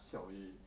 siao eh